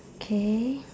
okay